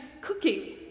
cooking